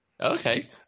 Okay